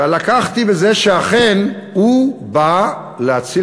ולקחתי ברצינות את זה שאכן הוא בא להציל